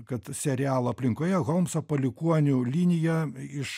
kad serialo aplinkoje holmso palikuonių linija iš